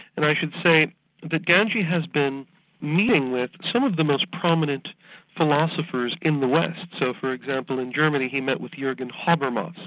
and i should say that ganji has been meeting with some of the most prominent philosophers in the west, so for example in germany he met with jurgen habermas.